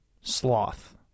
Sloth